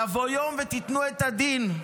יבוא יום ותיתנו את הדין.